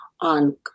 on